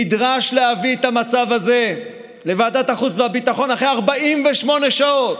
נדרש להביא את המצב הזה לוועדת החוץ והביטחון אחרי 48 שעות,